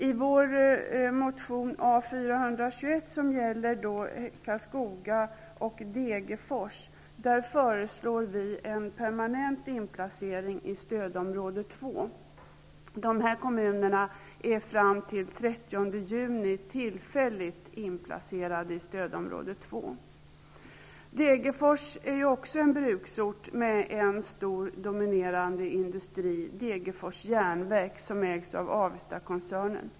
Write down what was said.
I vår motion A421 om Karlskoga och Degerfors föreslår vi en permanent inplacering av Karlskoga och Degerfors i stödområde 2. Dessa kommuner är fram till den 30 juni tillfälligt inplacerade i stödområde 2. Degerfors är också en bruksort med en stor och dominerande industri, Degerfors Jernverk, som ägs av Avestakoncernen.